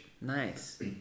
Nice